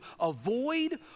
avoid